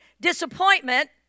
disappointment